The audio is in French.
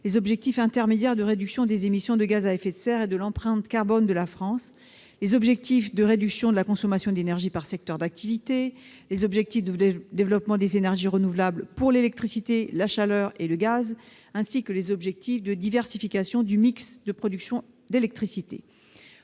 les objectifs intermédiaires de réduction des émissions de gaz à effet de serre et de l'empreinte carbone de la France, les objectifs de réduction de la consommation d'énergie par secteur d'activité, les objectifs de développement des énergies renouvelables pour l'électricité, la chaleur et le gaz, ainsi que les objectifs de diversification du mix de production d'électricité.